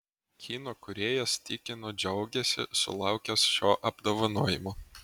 kino kūrėjas tikino džiaugiasi sulaukęs šio apdovanojimo